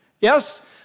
Yes